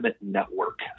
network